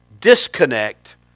disconnect